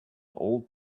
old